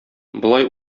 болай